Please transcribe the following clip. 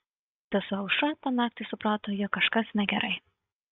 sesuo aušra tą naktį suprato jog kažkas negerai